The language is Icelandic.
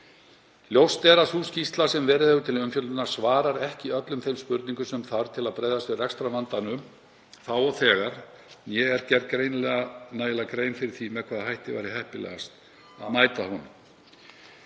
Ljóst er að sú skýrsla sem verið hefur til umfjöllunar svarar ekki öllum þeim spurningum sem þarf til að bregðast við rekstrarvandanum þá og þegar og ekki er gerð nægilega vel grein fyrir því með hvaða hætti væri heppilegast að mæta honum.